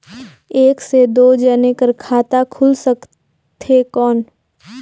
एक से दो जने कर खाता खुल सकथे कौन?